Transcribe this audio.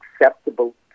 acceptable